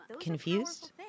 confused